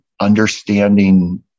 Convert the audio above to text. understanding